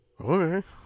Okay